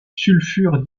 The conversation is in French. sulfure